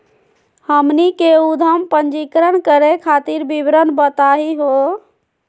हमनी के उद्यम पंजीकरण करे खातीर विवरण बताही हो?